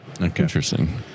Interesting